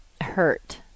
hurt